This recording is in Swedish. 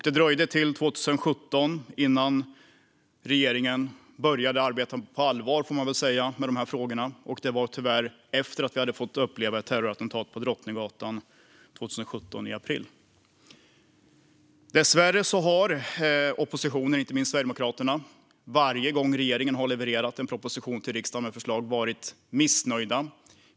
Det dröjde till 2017 innan regeringen på allvar började arbeta med dessa frågor, alltså efter att vi tyvärr fått uppleva ett terrorattentat på Drottninggatan i april samma år. Men varje gång regeringen har levererat en proposition till riksdagen har oppositionen, inte minst Sverigedemokraterna, varit missnöjd.